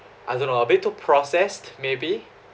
as in uh a bit too processed maybe